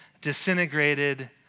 disintegrated